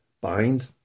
bind